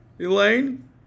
Elaine